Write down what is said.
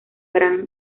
gran